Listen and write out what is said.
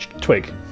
twig